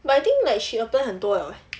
but like I think she apply 很多了 eh